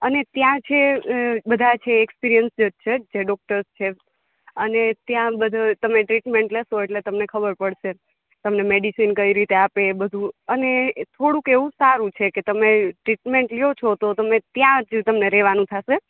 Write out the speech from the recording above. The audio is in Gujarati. અને ત્યા છે એ બધા છે એક્સપિરિયન્સ જ છે જે ડોક્ટર છે અને ત્યા બધો તમે ટ્રીટમેન્ટ લેશો એટલે તમને ખબર પડશે તમને મેડિસિન કઈ રીતે આપે બધું અને થોડુંક એવુ સારુ છેકે તમે ટ્રીટમેન્ટ લ્યો છો તો તમે ત્યા જ તમને રેવાનું થાશે